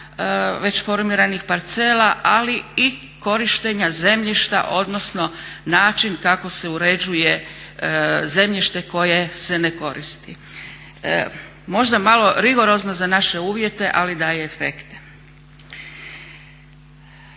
već formiranih parcela ali i korištenja zemljišta odnosno način kako se uređuje zemljište koje se ne koristi. Možda malo rigorozno za naše uvjete ali daje efekte.